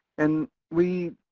and we,